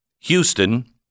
Houston